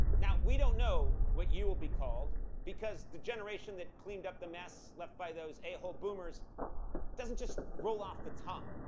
now we don't know what you will be called because the generation that cleaned up the mess left by those a-hole boomers doesn't just roll off the tongue.